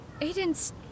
Aiden's